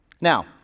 Now